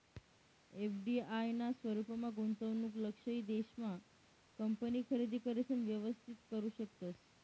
FDI ना स्वरूपमा गुंतवणूक लक्षयित देश मा कंपनी खरेदी करिसन व्यवस्थित करू शकतस